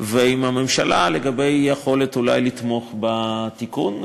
ועם הממשלה לגבי היכולת לתמוך בתיקון.